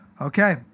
Okay